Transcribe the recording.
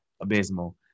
abysmal